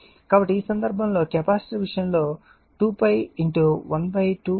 కాబట్టిఈ సందర్భంలో కెపాసిటర్ విషయంలో2𝛑12Imax2𝛚2CR1f